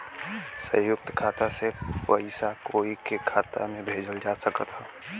संयुक्त खाता से पयिसा कोई के खाता में भेजल जा सकत ह का?